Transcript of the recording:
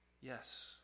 Yes